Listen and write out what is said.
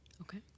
Okay